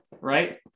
right